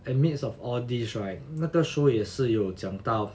at midst of all these right 那个 show 也是讲到